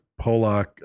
Polak